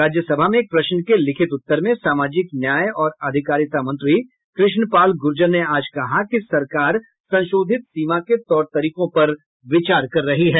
राज्यसभा में एक प्रश्न के लिखित उत्तर में सामाजिक न्याय और अधिकारिता मंत्री कृष्ण पाल गुर्जर ने आज कहा कि सरकार संशोधित सीमा के तौर तरीकों पर विचार कर रही है